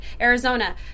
arizona